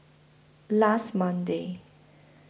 last Monday